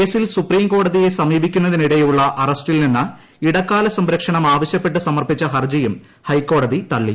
കേസിൽ സുപ്രീം കോടതിയെ സമീപിക്കുന്നതിനിട്ടെയുള്ള് അറസ്റ്റിൽ നിന്ന് ഇടക്കാല സംരക്ഷണം ആവശ്യപ്പെട്ട് സമർപ്പിച്ച ഹർജിയും ഹൈക്കോടതി തള്ളി